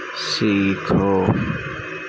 سیکھو